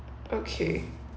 okay